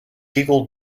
seagull